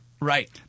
right